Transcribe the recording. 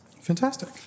Fantastic